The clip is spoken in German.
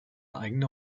eigene